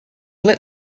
lit